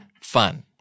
fun